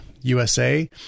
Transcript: USA